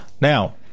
Now